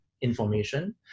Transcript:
information